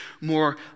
more